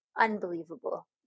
unbelievable